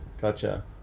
gotcha